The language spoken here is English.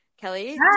Kelly